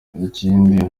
bikindi